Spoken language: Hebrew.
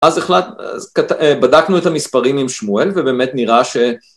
אז בדקנו את המספרים עם שמואל ובאמת נראה ש...